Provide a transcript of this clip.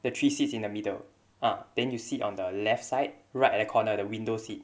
the three seats in the middle ah then you sit on the left side right at the corner the window seat